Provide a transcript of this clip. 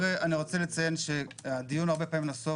אני רוצה לציין שהדיון הרבה פעמים נסוב